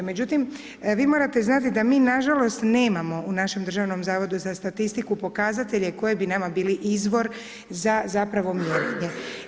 Međutim, vi morate znati da mi na žalost nemamo u našem Državnom zavodu za statistiku pokazatelje koji bi nama bili izvor za zapravo mjerenje.